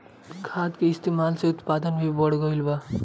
खाद के इस्तमाल से उत्पादन भी बढ़ गइल बा